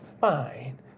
fine